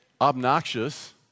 obnoxious